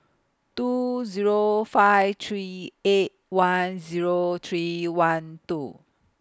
two Zero five three eight one Zero three one two